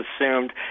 assumed